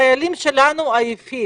החיילים שלנו עייפים